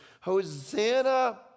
Hosanna